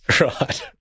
Right